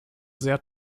sehr